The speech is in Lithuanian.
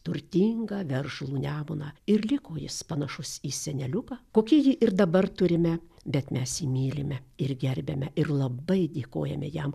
turtingą veržlų nemuną ir liko jis panašus į seneliuką kokį jį ir dabar turime bet mes jį mylime ir gerbiame ir labai dėkojame jam